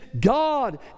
God